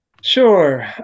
Sure